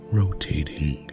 rotating